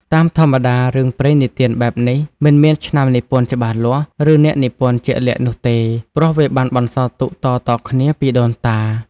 តាមធម្មតា រឿងព្រេងនិទានបែបនេះ មិនមានឆ្នាំនិពន្ធច្បាស់លាស់ ឬអ្នកនិពន្ធជាក់លាក់នោះទេ ព្រោះវាបានបន្សល់ទុកតៗគ្នាពីដូនតា។